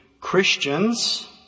Christians